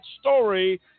story